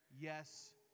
Yes